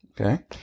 Okay